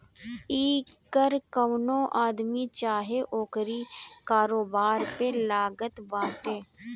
इ कर कवनो आदमी चाहे ओकरी कारोबार पे लागत बाटे